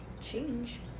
change